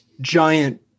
giant